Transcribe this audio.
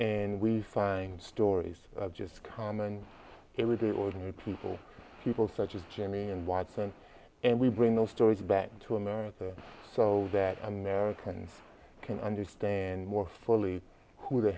and we find stories of just common everyday ordinary people people such as jimmy and watson and we bring those stories back to america so that americans can understand more fully who the